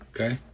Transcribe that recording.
Okay